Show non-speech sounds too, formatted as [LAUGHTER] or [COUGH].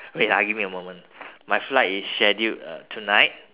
[LAUGHS] wait ah give me a moment [BREATH] my flight is scheduled uh tonight